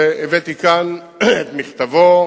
הבאתי כאן את מכתבו